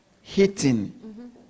hitting